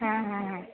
হ্যাঁ হ্যাঁ হ্যাঁ